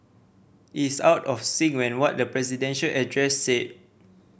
it is out of sync when what the presidential address said